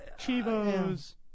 Chivo's